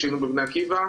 כשהיינו בבני עקיבא.